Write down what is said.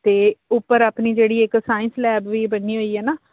ਅਤੇ ਉੱਪਰ ਆਪਣੀ ਜਿਹੜੀ ਇੱਕ ਸਾਇੰਸ ਲੈਬ ਵੀ ਬਣੀ ਹੋਈ ਹੈ ਨਾ